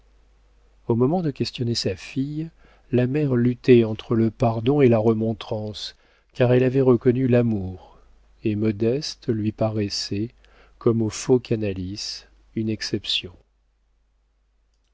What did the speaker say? au moment de questionner sa fille la mère luttait entre le pardon et la remontrance car elle avait reconnu l'amour et modeste lui paraissait comme au faux canalis une exception